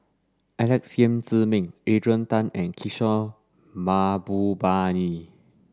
Alex Yam Ziming Adrian Tan and Kishore Mahbubani